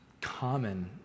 common